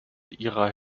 ihrer